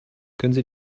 können